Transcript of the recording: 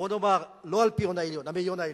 בוא נאמר, לא האלפיון העליון, המאיון העליון.